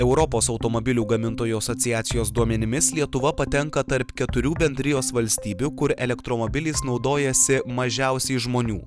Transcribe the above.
europos automobilių gamintojų asociacijos duomenimis lietuva patenka tarp keturių bendrijos valstybių kur elektromobiliais naudojasi mažiausiai žmonių